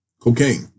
Cocaine